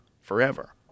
Forever